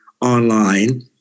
online